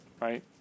right